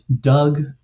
Doug